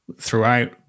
throughout